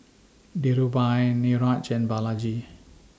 Dhirubhai Niraj and Balaji